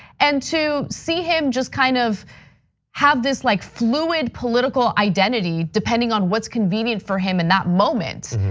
and to see him just kind of have this like fluid political identity depending on what's convenient for him in that moment,